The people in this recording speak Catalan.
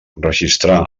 registrar